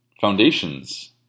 foundation's